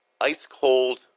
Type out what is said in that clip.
ice-cold